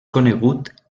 conegut